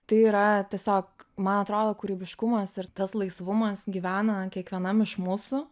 tai yra tiesiog man atrodo kūrybiškumas ir tas laisvumas gyvena kiekvienam iš mūsų